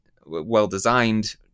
well-designed